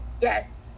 yes